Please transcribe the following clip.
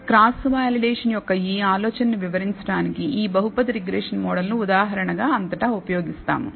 cross validation యొక్క ఈ ఆలోచనను వివరించడానికి ఈ బహుపది రిగ్రెషన్ మోడల్ను ఉదాహరణ గా అంతటా ఉపయోగిస్తాము